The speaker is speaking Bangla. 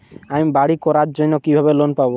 আমি বাড়ি করার জন্য কিভাবে লোন পাব?